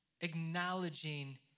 acknowledging